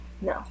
no